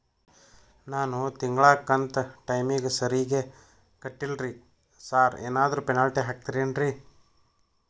ನಾನು ತಿಂಗ್ಳ ಕಂತ್ ಟೈಮಿಗ್ ಸರಿಗೆ ಕಟ್ಟಿಲ್ರಿ ಸಾರ್ ಏನಾದ್ರು ಪೆನಾಲ್ಟಿ ಹಾಕ್ತಿರೆನ್ರಿ?